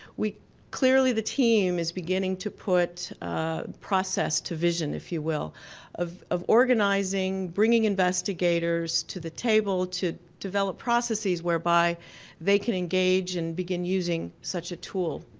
we clearly the team is beginning to put process to vision if you will of of organizing, bringing investigators to the table to develop processes whereby they can engage and begin using such a tool.